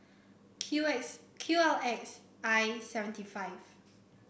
Q X Q L X I seven T five